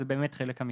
הוא חלק המקדמות.